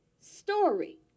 story